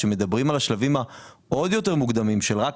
שמדברים על שלבים עוד יותר מוקדמים של רק